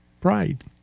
pride